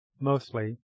Mostly